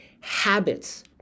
habits